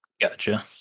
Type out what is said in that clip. Gotcha